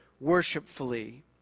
worshipfully